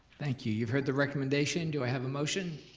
thank you, you've heard the recommendation. do i have a motion?